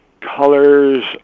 colors